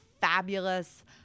fabulous